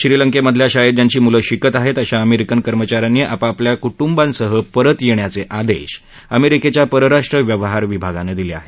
श्रीलंकेमधल्या शाळेत ज्यांची मुलं शिकत आहेत अशा अमेरिकन कर्मचा यांनी आपआपल्या कुटुंबासह परत येण्याचे आदेश अमेरिकेच्या परराष्ट्र व्यवहार विभागानं दिले आहेत